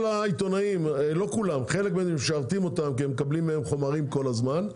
העיתונאים שמשרתים אותם כי הם מקבלים מהם חומרים כל הזמן,